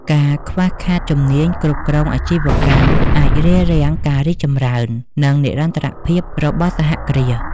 ការខ្វះខាតជំនាញគ្រប់គ្រងអាជីវកម្មអាចរារាំងការរីកចម្រើន និងនិរន្តរភាពរបស់សហគ្រាស។